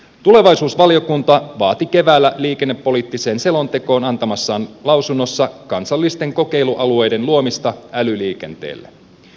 tulevaisuusvaliokunta vaati keväällä liikennepoliittiseen selontekoon antamassaan lausunnossa kansallisten kokeilualueiden luomista älyliikenteelle